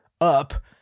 up